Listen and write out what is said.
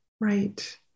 Right